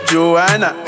Joanna